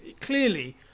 clearly